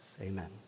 Amen